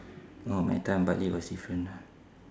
no my time bartley was different lah